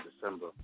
December